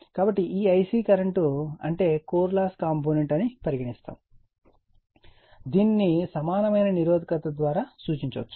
కాబట్టి ఈ Ic current అంటే కోర్ లాస్ కాంపోనెంట్ అని పరిగణిస్తారు దీనిని సమానమైన నిరోధకత ద్వారా సూచించవచ్చు